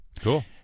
cool